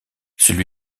celui